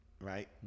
right